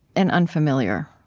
and unfamiliar,